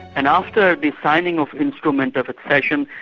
and after the signing of instrument of accession,